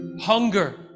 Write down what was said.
hunger